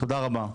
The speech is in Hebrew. תודה רבה.